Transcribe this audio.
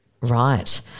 Right